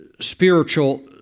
spiritual